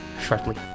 shortly